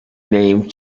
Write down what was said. name